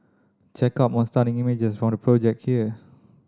check out more stunning images from the project here